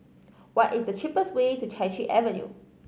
what is the cheapest way to Chai Chee Avenue